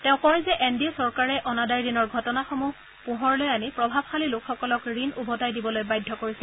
তেওঁ কয় যে এন ডি এ চৰকাৰে অনাদায় ঋণৰ ঘটনাসমূহ পোহৰলৈ আনি প্ৰভাৱশালী লোকসকলক ঋণ ওভোটাই দিবলৈ বাধ্য কৰিছে